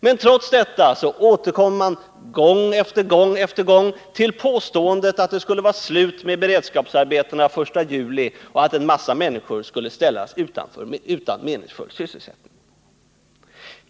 Men trots detta återkommer socialdemokraterna gång efter gång till påståendet att det är slut med beredskapsarbetena den 1 juli och att en mängd människor ställs utan meningsfull sysselsättning.